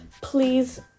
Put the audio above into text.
please